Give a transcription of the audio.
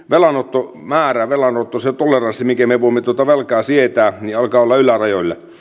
velanottomäärä ja toleranssi minkä me voimme velkaa sietää alkaa olla ylärajoilla